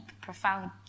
profound